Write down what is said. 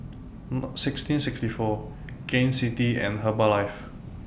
sixteen sixty four Gain City and Herbalife